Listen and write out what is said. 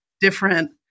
different